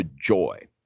joy